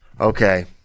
Okay